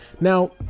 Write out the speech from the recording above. Now